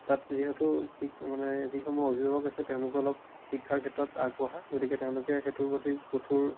তাত যিহেতু শিক মানে যিসমূহ অভিভাৱক আছে তেওঁলোকে অলপ শিক্ষাৰ ক্ষেত্ৰত আগবঢ়া গতিকে তেওঁলোকে সেইটোৰ প্ৰতি কঠোৰ